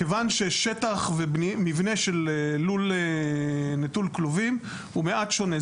כיוון ששטח ומבנה של לול נטול כלובים הוא מעט שונה.